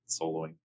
Soloing